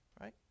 right